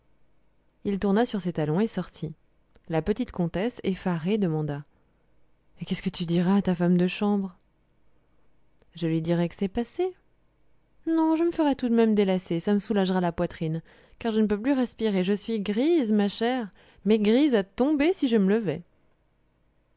il tourna sur ses talons et sortit la petite comtesse effarée demanda et qu'est-ce que tu diras à ta femme de chambre je lui dirai que c'est passé non je me ferai tout de même délacer ça me soulagera la poitrine car je ne peux plus respirer je suis grise ma chère mais grise à tomber si je me levais